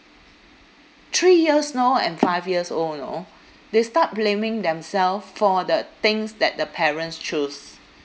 three years you know and five years old you know they start blaming themself for the things that the parents choose